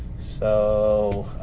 so,